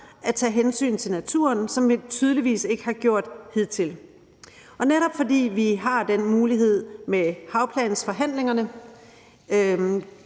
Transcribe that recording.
at tage hensyn til naturen, som vi tydeligvis ikke har gjort hidtil. Netop fordi vi har den mulighed med havplansforhandlingerne,